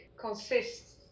consists